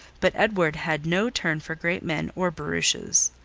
but edward had no turn for great men or barouches.